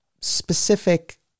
specific